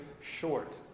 short